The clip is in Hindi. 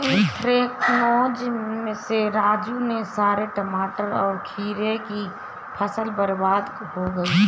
एन्थ्रेक्नोज से राजू के सारे टमाटर और खीरे की फसल बर्बाद हो गई